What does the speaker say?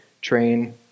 train